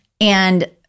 And-